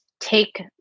take